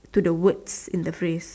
to the words in the phrase